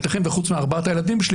ייתכן וחוץ מארבעת הילדים שלי,